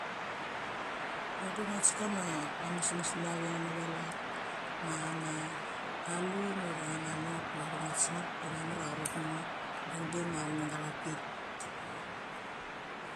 Ngo de ngua tes kama ames ames nave nave lat. Ma chama chalun ura chama not, de vadi ngua tes nget dem mamar chrot ngo. Dengbe ma chunenga thak pit.